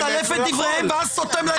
אתה מסלף את דבריהם ואז סותם להם את הפה.